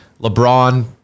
LeBron